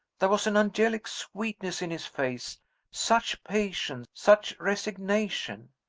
there was an angelic sweetness in his face such patience! such resignation!